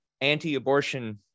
anti-abortion